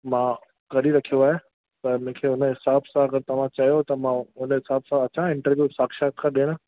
मां करे रखियो आहे त मूंखे उन हिसाब सां अगरि तव्हां चओ त मां उन हिसाब सां अचां इंटरव्यू साक्षात्कार ॾियणु